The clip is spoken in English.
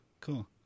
cool